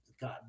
God